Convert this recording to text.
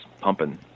pumping